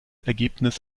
ergebnis